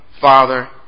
father